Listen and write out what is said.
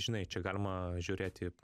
žinai čia galima žiūrėti